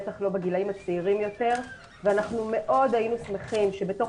בטח לא בגילאים הצעירים יותר ואנחנו מאוד היינו שמחים שבתוך